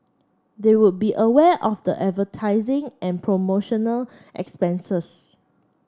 they would be aware of the advertising and promotional expenses